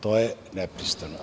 To je nepristojno.